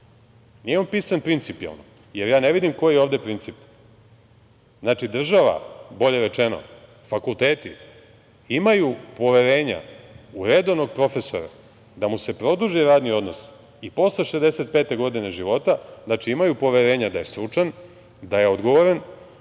Nije on pisan principijalno, jer ja ne vidim koji je ovde princip. Znači, država, bolje rečeno, fakulteti imaju poverenja u redovnog profesora da mu se produži radni odnos i posle 65 godine života, imaju poverenja da je stručan, da je odgovoran,